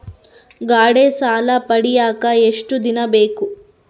ಗಾಡೇ ಸಾಲ ಪಡಿಯಾಕ ಎಷ್ಟು ದಿನ ಬೇಕು?